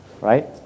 right